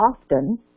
often